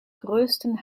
größten